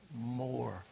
more